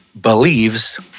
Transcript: believes